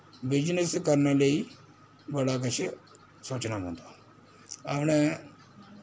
business करने लेई बड़ा किश सोचना पौंदा अपनै